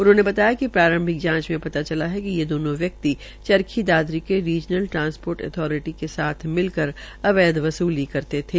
उन्होंने बताया कि प्रारंभिक जांच में पता चला है कि ये दोनो चरखीदादरी के रीजनल ट्रांसपोर्ट अथारिटी के साथ मिलकर अवैध वसूली करते थे